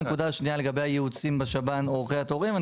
השנייה לגבי הייעוץ בשב"ן או אורכי התורים,